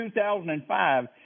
2005